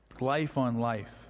Life-on-life